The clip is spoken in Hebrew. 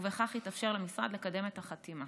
ובכך התאפשר למשרד לקדם את החתימה.